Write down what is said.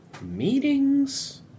meetings